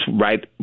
right